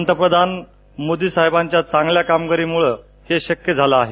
पंतप्रधान मोदीसाहेबांच्या चांगल्या कामगीरीमुळे हे शक्य झालं आहे